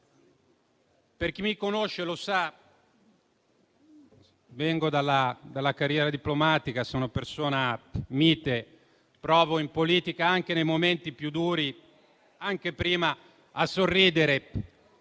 Chi mi conosce, lo sa, vengo dalla carriera diplomatica, sono persona mite, in politica, anche nei momenti più duri, provo prima a sorridere.